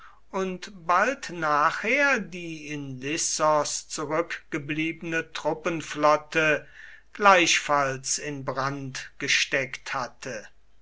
und bald nachher die in lissos zurückgebliebene truppenflotte gleichfalls in brand gesteckt hatte